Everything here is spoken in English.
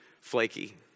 flaky